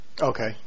Okay